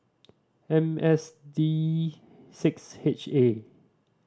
M S D six H A